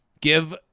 give